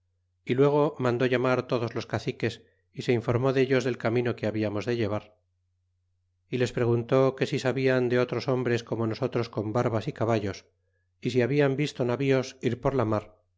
y luego mandó llamar todos los caciques y se informó dellos del camino que hablamos de llevar y les preguntó que si sabían de otros hombres como nosotros con barbas y caballos y si hablan visto navíos ir por la mar